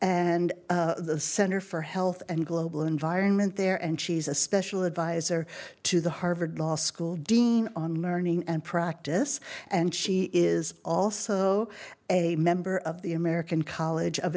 and the center for health and global environment there and she's a special advisor to the harvard law school dean on learning and practice and she is also a member of the american college of